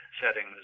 settings